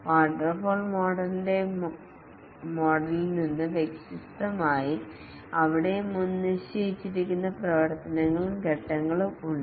waterfall മോഡലിന്റെ model യിൽ നിന്ന് വ്യത്യസ്തമായി അവിടെ മുൻനിശ്ചയിച്ച പ്രവർത്തനങ്ങളും ഘട്ടങ്ങളും ഉണ്ട്